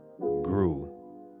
grew